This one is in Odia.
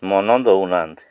ମନ ଦଉନାହାନ୍ତି